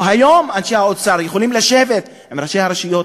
היום אנשי האוצר יכולים לשבת עם ראשי הרשויות,